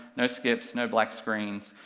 no skips, no black screens,